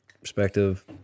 perspective